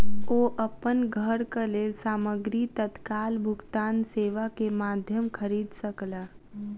ओ अपन घरक लेल सामग्री तत्काल भुगतान सेवा के माध्यम खरीद सकला